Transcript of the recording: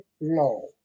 law